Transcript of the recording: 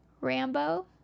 Rambo